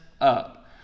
up